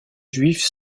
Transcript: juifs